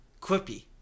quippy